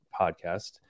podcast